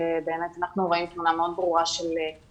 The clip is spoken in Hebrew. שבאמת אנחנו רואים תמונה מאוד ברורה שרוב